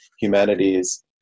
humanities